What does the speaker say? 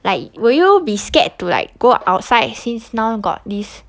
like will you be scared to like go outside since now got this